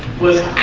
was